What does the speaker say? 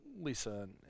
Lisa